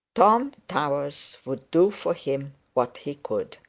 tom towers would do for him what he could.